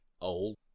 old